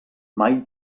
mai